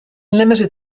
limited